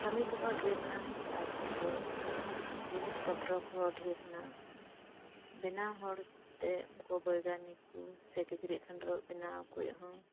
ᱠᱟᱹᱢᱤ ᱠᱚᱦᱚᱸ ᱰᱮᱨ ᱮᱱᱟ ᱛᱟᱨᱯᱚᱨ ᱡᱤᱥ ᱯᱛᱨᱚ ᱠᱚᱦᱚᱸ ᱰᱮᱨ ᱮᱱᱟ ᱵᱮᱱᱟᱣ ᱦᱚᱲᱛᱮ ᱵᱮᱭ ᱜᱟᱱᱤᱠ ᱠᱩ ᱥᱮ ᱠᱤᱪᱨᱤᱡ ᱠᱷᱟᱹᱨᱟᱜ ᱵᱮᱱᱟᱣ ᱠᱩᱡ ᱦᱚᱸ